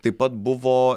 taip pat buvo